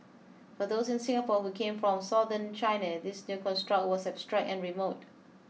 for those in Singapore who came from southern China this new construct was abstract and remote